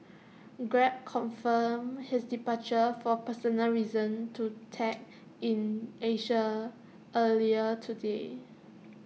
grab confirmed his departure for personal reasons to tech in Asia earlier today